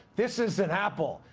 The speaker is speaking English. this is an apple.